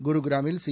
குருகிராமில் C